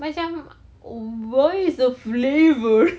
macam wha~ what is the flavour